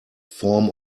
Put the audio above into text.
form